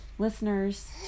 listeners